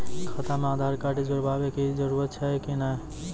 खाता म आधार कार्ड जोड़वा के जरूरी छै कि नैय?